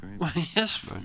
Yes